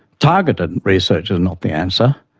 targeted and research is not the answer,